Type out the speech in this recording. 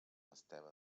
esteve